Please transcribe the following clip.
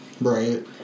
Right